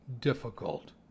difficult